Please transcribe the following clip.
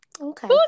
Okay